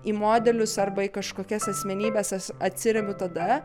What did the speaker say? į modelius arba į kažkokias asmenybes atsiremiu tada